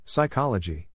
Psychology